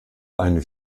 eine